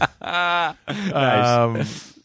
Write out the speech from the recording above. Nice